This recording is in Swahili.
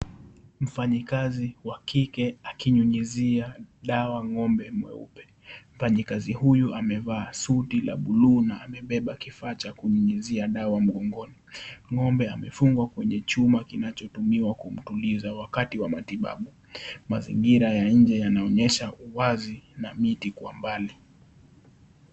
Mfanyekazi wa kike akinyunyizia dawa ng'ombe mweupe. Mfanyekazi huyu amevaa suti la buluu na amebeba kifaa cha kunyunyizia dawa mgongoni. Ng'ombe amefungwa kwenye chuma kinachotumiwa kumtuliza wakati wa matibabu. Mazingira ya nje inaonyesha uwazi na miti kwa mbali.